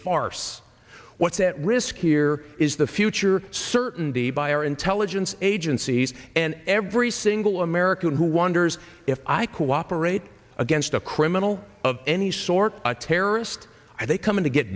farce what's at risk here is the future certainty by our intelligence agencies and every single american who wonders if i cooperate against a criminal of any sort a terrorist and they come to get